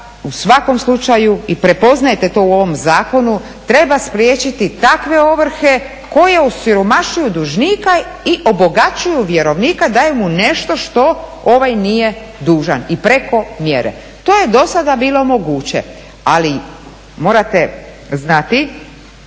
u svakom slučaju i prepoznajete to u ovom zakonu treba spriječiti takve ovrhe koje osiromašuju dužnika i obogaćuju vjerovnika, daju mu nešto što ovaj nije dužan i preko mjere. To je do sada bilo moguće morate znati